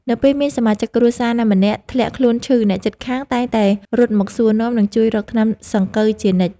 នៅពេលមានសមាជិកគ្រួសារណាម្នាក់ធ្លាក់ខ្លួនឈឺ អ្នកជិតខាងតែងតែរត់មកសួរនាំ និងជួយរកថ្នាំសង្កូវជានិច្ច។